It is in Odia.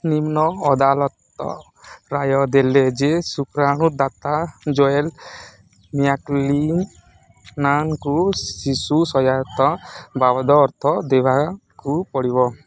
ନିମ୍ନ ଅଦାଲତ ରାୟ ଦେଲେ ଯେ ଶୁକ୍ରାଣୁ ଦାତା ଜୋଏଲ ମ୍ୟାକ୍କ୍ଲିନର୍ନାନଙ୍କୁ ଶିଶୁ ସହାୟତା ବାବଦ ଅର୍ଥ ଦେବାକୁ ପଡ଼ିବ